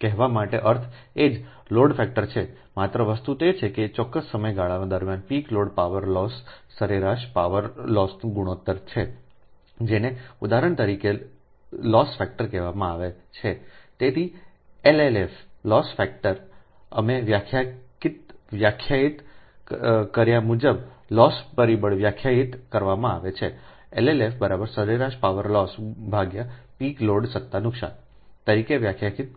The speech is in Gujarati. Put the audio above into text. કહેવા માટે અર્થ એ જ લોડ ફેક્ટર છે માત્ર વસ્તુ તે છે કે તે ચોક્કસ સમયગાળા દરમિયાન પીક લોડ પાવર લોસના સરેરાશ પાવર લોસનું ગુણોત્તર છે જેને ઉદાહરણ તરીકે લોસ ફેક્ટર કહેવામાં આવે છે તેથી એલએલએફ લોસ ફેક્ટર અમે વ્યાખ્યાયિત કર્યા મુજબ લોસ પરિબળને વ્યાખ્યાયિત કરવામાં આવે છે LLFસરેરાશ પાવર લોસ પીક લોડ સત્તા નુકશાન તરીકેવ્યાખ્યાયિત